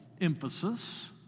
emphasis